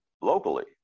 locally